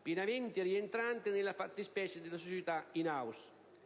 pienamente rientrante nella fattispecie delle società *in house*,